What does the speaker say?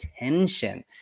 attention